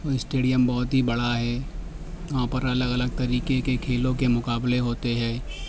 وہ اسٹیڈیم بہت ہی بڑا ہے وہاں پر الگ الگ طریقے کے کھیلوں کے مقابلے ہوتے ہیں